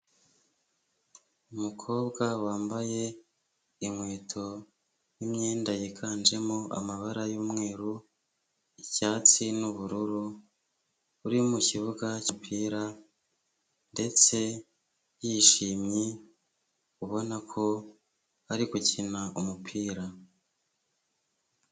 Umukobwa wambaye inkweto n'imyenda yiganjemo amabara y'umweru, icyatsi n'ubururu, uri mu kibuga cy'umupira ndetse yishimye ubona ko ari gukina umupira.